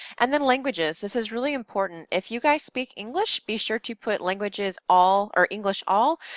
and then languages, this is really important, if you guys speak english, be sure to put languages all, or english all,